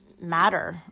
matter